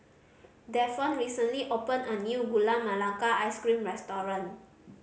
Davon recently opened a new Gula Melaka Ice Cream restaurant